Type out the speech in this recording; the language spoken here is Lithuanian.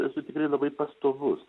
esu tikrai labai pastovus